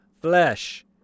flesh